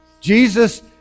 Jesus